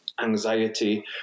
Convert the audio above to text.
anxiety